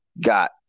got